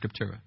scriptura